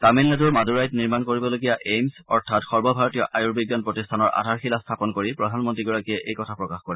তামিলনাডুৰ মাদুৰাইত নিৰ্মাণ কৰিবলগীয়া এইমছ অৰ্থাৎ সৰ্বভাৰতীয় আয়ুৰ্বিজ্ঞান প্ৰতিষ্ঠানৰ আধাৰশিলা স্থাপন কৰি প্ৰধানমন্ত্ৰীগৰাকীয়ে এই কথা প্ৰকাশ কৰে